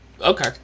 Okay